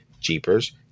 Jeepers